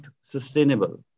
sustainable